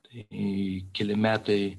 tai keli metai